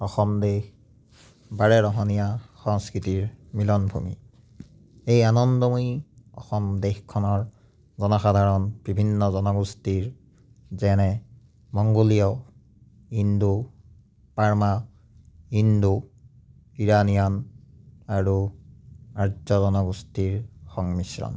অসম দেশ বাৰেৰহনীয়া সংস্কৃতিৰ মিলনভূমি এই আনন্দময়ী অসম দেশখনৰ জনসাধাৰণ বিভিন্ন জনগোষ্ঠীৰ যেনে মংগোলীয় ইণ্ডো বাৰ্মা ইণ্ডো ইৰানীয়ান আৰু আৰ্য জনগোষ্ঠীৰ সংমিশ্ৰণ